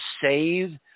save